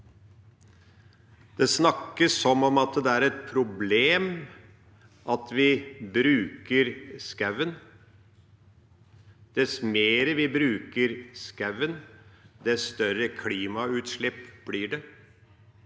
Det snakkes som om det er et problem at vi bruker skauen – dess mer vi bruker skauen, dess større klimaut slipp blir det,